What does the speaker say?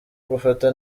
gufata